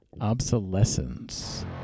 Obsolescence